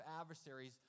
adversaries